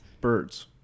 birds